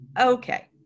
okay